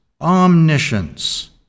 omniscience